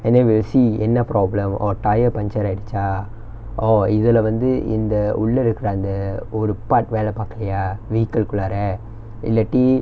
and then we'll see என்ன:enna problem or tyre puncture ஆயிடிச்சா:aayidichaa or இதுல வந்து இந்த உள்ள இருக்குற அந்த ஒரு:ithula vanthu intha ulla irukkura antha oru part வேல பாக்கலயா:vela paakalayaa vehicle குள்ளாற இல்லாட்டி:kulaara illaati